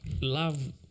love